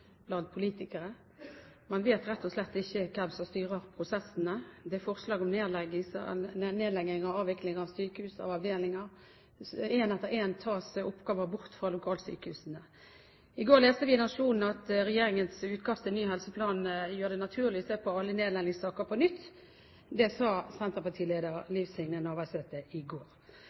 blant politikere. Man vet rett og slett ikke hvem som styrer prosessene. Det er forslag om nedlegging og avvikling av sykehus og avdelinger. En etter en tas oppgaver bort fra lokalsykehusene. I går leste vi i Nationen at «regjeringens utkast til ny helseplan gjør det naturlig å se på alle nedleggingssaker på nytt». Det sa senterpartileder Liv Signe Navarsete i går.